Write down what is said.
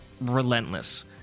relentless